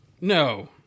no